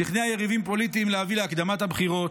שכנע יריבים פוליטיים להביא להקדמת הבחירות,